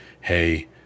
Hey